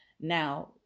Now